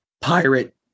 Pirate